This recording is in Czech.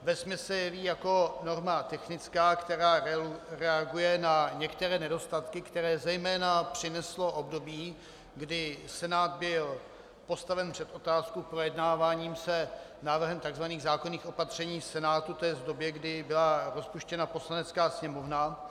Vesměs se jeví jako norma technická, která reaguje na některé nedostatky, které zejména přineslo období, kdy Senát byl postaven před otázku projednávání návrhu takzvaných zákonných opatření Senátu v době, kdy byla rozpuštěna Poslanecká sněmovna.